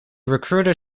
recruiter